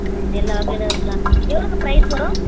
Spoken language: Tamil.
ம் எல்லாம் வகையிலேயும் இருக்கலாம் எவ்வளோங்க ப்ரைஸ் வரும்